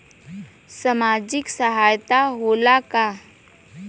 सामाजिक सहायता होला का?